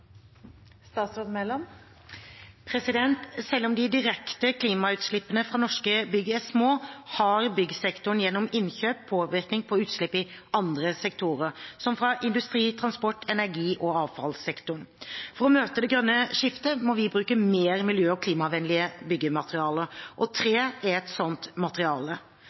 små, har byggsektoren gjennom innkjøp påvirkning på utslipp i andre sektorer, som fra industri-, transport-, energi- og avfallssektoren. For å møte det grønne skiftet må vi bruke mer miljø- og klimavennlige byggematerialer. Tre er et slikt materiale.